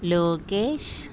Lokesh